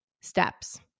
steps